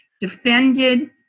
defended